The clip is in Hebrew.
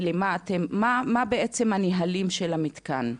ומה בעצם הנהלים של המתקן.